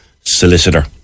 solicitor